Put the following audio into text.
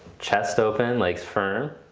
chest open legs firm.